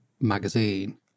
magazine